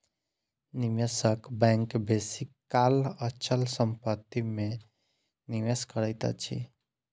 निवेशक बैंक बेसी काल अचल संपत्ति में निवेश करैत अछि